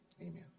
amen